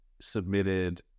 submitted